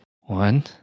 One